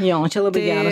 jo čia labai geras